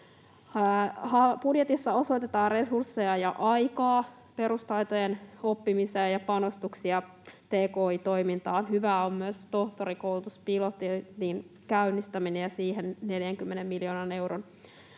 Budjetissa osoitetaan resursseja ja aikaa perustaitojen oppimiseen ja panostuksia tki-toimintaan. Hyvää on myös tohtorikoulutuspilotin käynnistäminen ja siihen 40 miljoonan euron